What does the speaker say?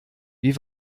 wie